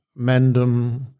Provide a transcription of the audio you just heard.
Mendham